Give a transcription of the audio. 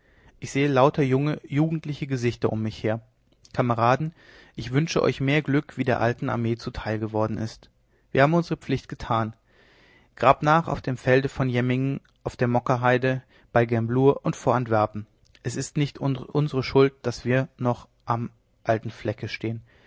ich sehe lauter junge jugendliche gesichter um mich her kameraden ich wünsche euch mehr glück als der alten armee zuteil geworden ist wir haben unsere pflicht getan grabt nach auf dem felde von jemmingen auf der mockerheide bei gemblours und vor antwerpen es ist nicht unsere schuld daß wir noch am alten flecke stehen